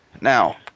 Now